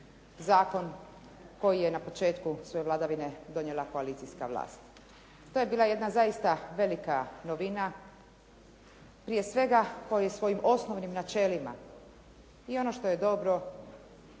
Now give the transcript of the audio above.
zakon koji je na početku svoje vladavine donijela koalicijska vlast. To je bila jedna zaista velika novina, prije svega koji svojim osnovnim načelima i ono što je dobro